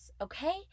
okay